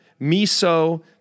miso